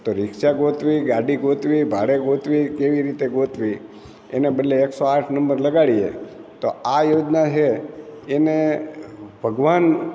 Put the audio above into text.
તો રિક્ષા ગોતવી ગાડી ગોતવી ભાડે ગોતવી કેવી રીતે ગોતવી એના બદલે એકસો આઠ નંબર લગાડીએ તો આ યોજના છે એને ભગવાન